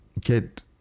get